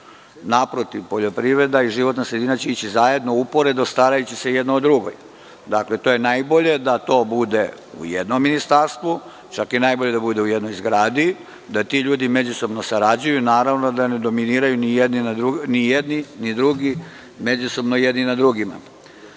Naprotiv, poljoprivreda i životna sredina će ići zajedno uporedo starajući se jedna o drugoj. Dakle, najbolje je da to bude u jednom ministarstvu, čak i najbolje da bude u jednoj zgradi, da ti ljudi međusobno sarađuju, naravno da ne dominiraju ni jedni ni drugi, međusobno jedni nad drugima. Što